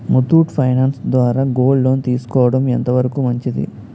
Muthoot finance ద్వారా gold loan తీసుకోవడం ఎంత వరకు మంచిది?